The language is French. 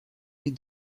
les